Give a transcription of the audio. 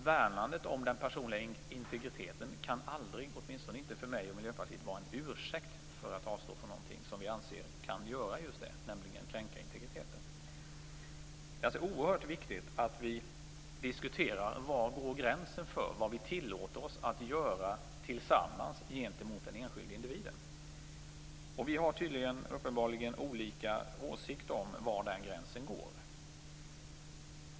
Värnandet av den personliga integriteten kan aldrig, åtminstone inte för mig och Miljöpartiet, vara en ursäkt för att avstå från någonting som vi anser kan göra just det, nämligen kränka integriteten. Det är alltså oerhört viktigt att vi diskuterar var gränsen går för vad vi tillåter oss att tillsammans göra gentemot den enskilde individen. Vi har uppenbarligen olika åsikter om var den gränsen går.